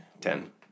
Ten